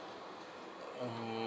mm